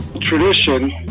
tradition